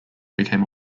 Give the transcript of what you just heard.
became